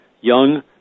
young